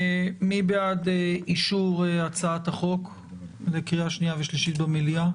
מי בעד אישור הצעת החוק לקריאה שנייה ושלישית במליאה?